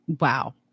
wow